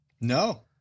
No